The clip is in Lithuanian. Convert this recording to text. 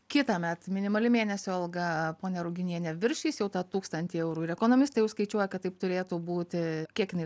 kitąmet minimali mėnesio alga ponia ruginiene viršys jau tą tūkstantį eurų ir ekonomistai jau skaičiuoja kad taip turėtų būti kiek jinai